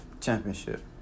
championship